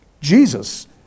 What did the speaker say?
Jesus